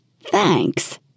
Thanks